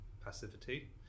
passivity